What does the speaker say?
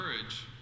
courage